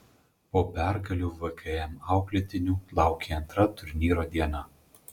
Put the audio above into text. po pergalių vkm auklėtinių laukė antra turnyro diena